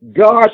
God